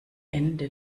ende